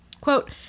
Quote